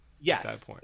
Yes